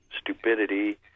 stupidity